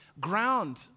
ground